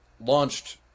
launched